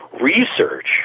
research